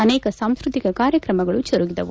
ಅನೇಕ ಸಾಂಸ್ನತಿಕ ಕಾರ್ಯಕ್ರಮಗಳು ಜರುಗಿದವು